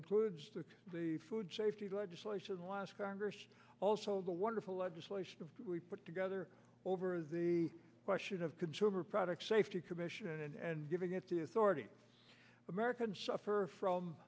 includes the the food safety legislation last congress also the wonderful legislation of that we put together over the question of consumer product safety commission and giving it the authority americans suffer from